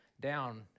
down